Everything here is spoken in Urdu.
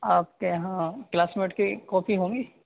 آپ کے یہاں کلاس میٹ کی کاپی ہوں گی